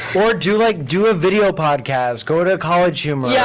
or do like do a video podcast. go to college humor. yeah